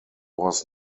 was